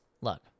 look